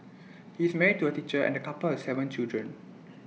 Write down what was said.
he is married to A teacher and the couple have Seven children